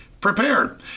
prepared